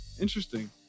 Interesting